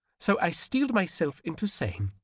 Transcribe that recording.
so i steeled myself into saying,